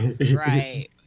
Right